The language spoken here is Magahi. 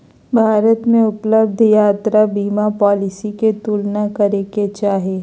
भारत में उपलब्ध यात्रा बीमा पॉलिसी के तुलना करे के चाही